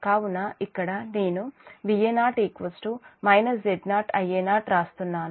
కాబట్టి ఇక్కడ నేను Va0 Z0 Ia0 వ్రాస్తున్నాను